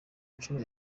nshuro